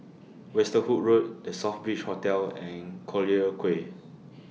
Westerhout Road The Southbridge Hotel and Collyer Quay